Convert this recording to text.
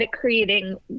creating